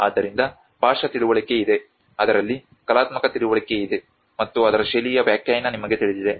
ಆದ್ದರಿಂದ ಭಾಷಾ ತಿಳುವಳಿಕೆ ಇದೆ ಅದರಲ್ಲಿ ಕಲಾತ್ಮಕ ತಿಳುವಳಿಕೆ ಇದೆ ಮತ್ತು ಅದರ ಶೈಲಿಯ ವ್ಯಾಖ್ಯಾನ ನಿಮಗೆ ತಿಳಿದಿದೆ